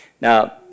Now